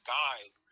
guys